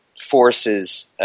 forces